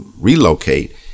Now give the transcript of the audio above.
relocate